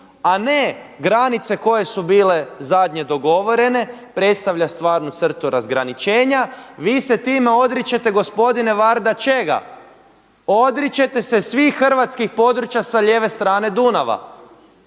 a ne granice koje su bile zadnje dogovorene predstavlja stvarnu crtu razgraničenja. Vi se time odričete gospodine Varda čega? Odričete se svih hrvatskih područja s lijeve strane Dunava.